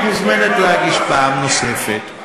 את מוזמנת להגיש פעם נוספת.